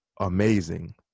amazing